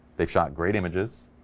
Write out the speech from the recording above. they've shot great images.